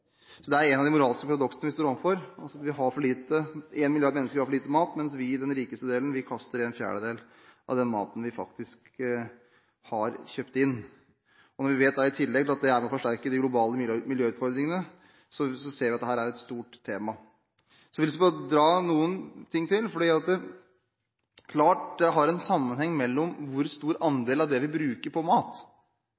Så det er et av de moralske paradoksene vi står overfor: Én milliard mennesker har for lite mat, mens vi i den rikeste delen kaster en fjerdedel av den maten vi faktisk har kjøpt inn. Når vi i tillegg vet at det er med på å forsterke de globale miljøutfordringene, ser vi at dette er et stort tema. Så har jeg lyst til å trekke fram én ting til som har en klar sammenheng med hvor stor